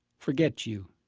forget you.